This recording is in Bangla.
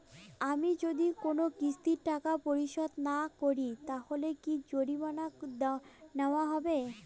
আমি যদি কোন কিস্তির টাকা পরিশোধ না করি তাহলে কি জরিমানা নেওয়া হবে?